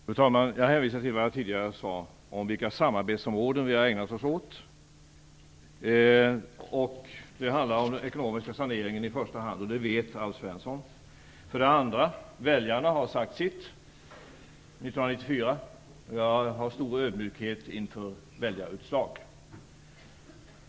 Fru talman! Jag hänvisar till vad jag tidigare sade om vilka samarbetsområden vi har ägnat oss åt. Det handlar alltså om den ekonomiska saneringen i första hand. Det vet Alf Svensson. Dessutom har väljarna sagt sitt 1994, och jag känner stor ödmjukhet inför väljarutslag.